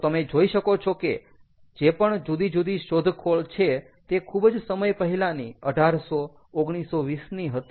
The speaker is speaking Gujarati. તો તમે જોઈ શકો છો કે જે પણ જુદી જુદી શોધખોળ છે તે ખૂબ જ સમય પહેલાંની 1800 1920 ની હતી